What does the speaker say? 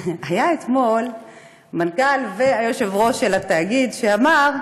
היו אתמול המנכ"ל ויושב-ראש התאגיד, והוא אמר: